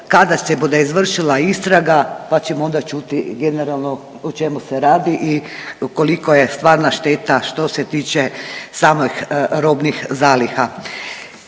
kada se bude izvršila istraga pa ćemo onda čuti generalno o čemu se radi i koliko je stvarna šteta što se tiče samih robnih zaliha.